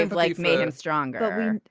and life made him stronger.